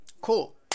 cool